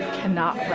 cannot